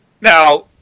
Now